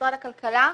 במשרד הכלכלה.